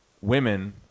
women